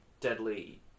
deadly